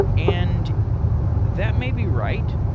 and that may be right,